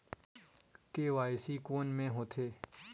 KYC कोन में होथे?